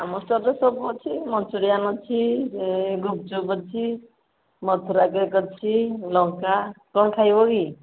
ଆମ ଷ୍ଟୋରରେ ସବୁ ଅଛି ମଞ୍ଚୁରିଆନ୍ ଅଛି ଗୁପଚୁପ ଅଛି ମଥୁରା କେକ୍ ଅଛି ଲଙ୍କା କ'ଣ ଖାଇବ କି